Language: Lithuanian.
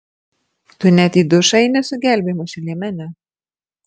tu net į dušą eini su gelbėjimosi liemene